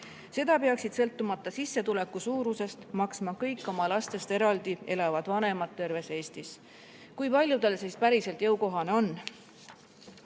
Seda peaksid sõltumata sissetuleku suurusest maksma kõik oma lastest eraldi elavad vanemad terves Eestis. Kui paljudele see päriselt jõukohane